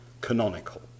canonical